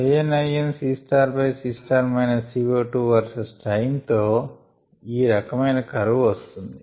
ln CC CO2వెర్సస్ time తో ఈ రకమైన కర్వ్ వస్తుంది